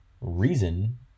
reason